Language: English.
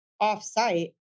off-site